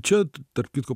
čia tarp kitko